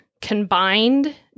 Combined